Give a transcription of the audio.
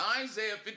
Isaiah